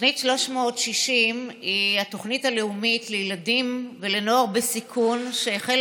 תוכנית 360 היא התוכנית הלאומית לילדים ונוער בסיכון שהחלה